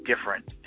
different